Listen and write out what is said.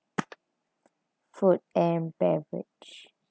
food and beverage